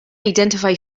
identify